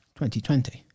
2020